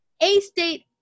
A-state